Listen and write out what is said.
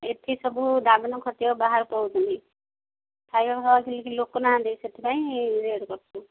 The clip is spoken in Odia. ଏଠି ସବୁ ଦାଦନ ଖଟିବାକୁ ବାହାରକୁ ପଳାଉଛନ୍ତି ଖାଇବାକୁ ତ ଆଉ କେହି ଲୋକ ନାହାନ୍ତି ସେଥିପାଇଁ ରେଟ୍ କରୁଛୁ